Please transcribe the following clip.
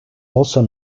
also